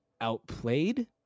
outplayed